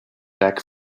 back